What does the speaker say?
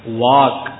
walk